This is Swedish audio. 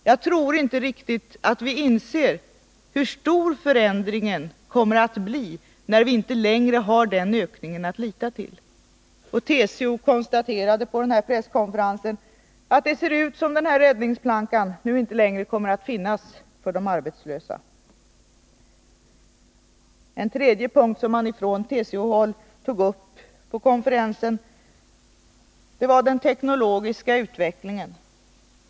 Jag tror inte att vi riktigt inser hur stor förändringen kommer att bli när vi inte längre har den ökningen att lita till. TCO konstaterade på presskonferensen att det ser ut som om den här räddningsplankan inte längre kommer att finnas för de arbetslösa. Den tredje punkt som man från TCO-håll tog upp på konferensen var den teknologiska utvecklingen.